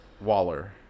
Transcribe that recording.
Waller